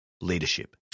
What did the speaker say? leadership